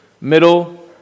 middle